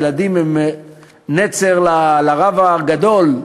הילדים הם נצר לרב הגדול,